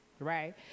Right